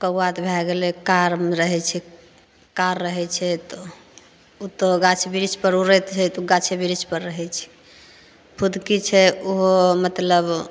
कौआ तऽ भए गेलै कारिमे रहैत छै कारि रहैत छै तऽ ओ तऽ गाछ बृछ पर उड़ैत उड़ैत ओ तऽ गाछे बृछपर रहै छै फुदकी छै ओहो मतलब